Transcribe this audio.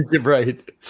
Right